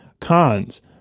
cons